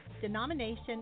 denomination